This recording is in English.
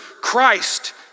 christ